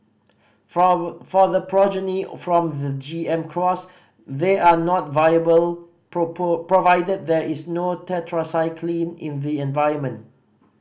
for the progeny from the G M cross they are not viable provided there is no tetracycline in the environment